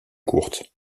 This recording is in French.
courte